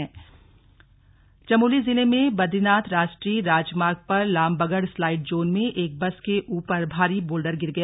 slug Chamoli दुर्घटना चमोली जिले में बदरीनाथ राष्ट्रीय राजमार्ग पर लामबगड़ स्लाइड जोन में एक बस के ऊपर भारी बोल्डर गिर गया